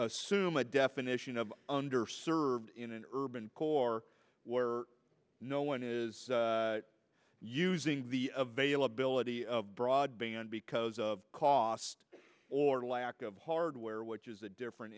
assume a definition of under served in an urban or where no one is using the availability of broadband because of cost or lack of hardware which is a different